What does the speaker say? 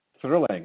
thrilling